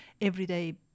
everyday